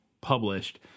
published